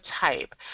type